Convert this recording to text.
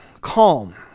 calm